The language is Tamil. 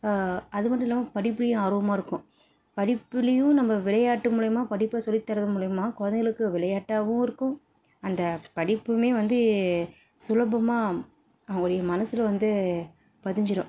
அது மட்டும் இல்லாமல் படிப்புலேயும் ஆர்வமாக இருக்கும் படிப்பிலேயும் நம்ம விளையாட்டு மூலிமா படிப்பை சொல்லித் தர்றது மூலிமா கொழந்தைகளுக்கு விளையாட்டாகவும் இருக்கும் அந்த படிப்பும் வந்து சுலபமாக ஒரு மனசில் வந்து பதிஞ்சிடும்